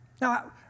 Now